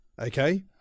Okay